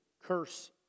curse